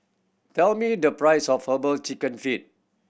tell me the price of Herbal Chicken Feet